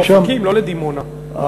לאופקים ולא לדימונה,